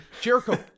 Jericho